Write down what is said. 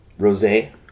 rosé